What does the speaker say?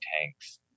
tanks